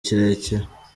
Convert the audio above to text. kirekire